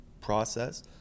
process